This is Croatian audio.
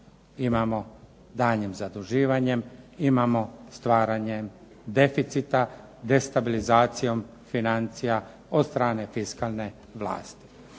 imamo daljnjim zaduživanjem, imamo stvaranjem deficita, destabilizacijom financija od strane fiskalne vlasti.